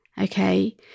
Okay